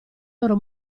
loro